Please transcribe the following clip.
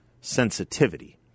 sensitivity